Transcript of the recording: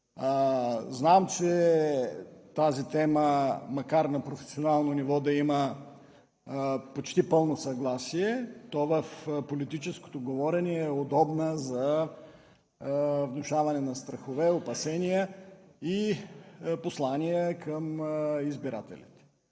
Знам, че тази тема, макар на професионално ниво да има почти пълно съгласие, то в политическото говорене е удобна за внушаване на страхове, опасения и послания към избирателите.